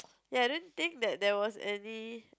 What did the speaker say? ya I didn't think that there was any